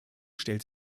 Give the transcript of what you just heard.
stellt